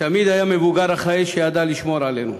תמיד היה מבוגר אחראי שידע לשמור עלינו.